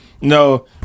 No